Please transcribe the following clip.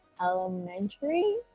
elementary